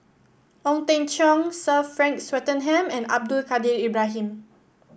Ong Teng Cheong Sir Frank Swettenham and Abdul Kadir Ibrahim